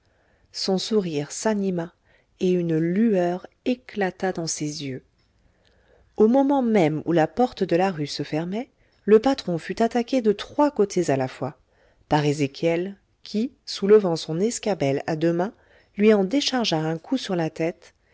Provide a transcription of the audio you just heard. son sourire s'anima et une lueur éclata dans ses yeux au moment même où la porte de la rue se fermait le patron fut attaqué de trois côtés à la fois par ezéchiel qui soulevant son escabelle à deux mains lui en déchargea un coup sur la tête